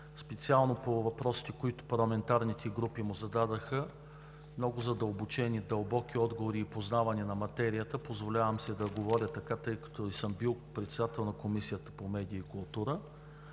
Специално по въпросите, които нашите парламентарни групи му зададоха, много задълбочени, дълбоки отговори и познаване на материята. Позволявам си да говоря така, тъй като съм бил председател на Комисията по културата